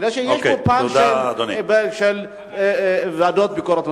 כיוון שיש פה פן של ועדת ביקורת,